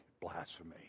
blasphemy